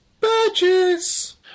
badges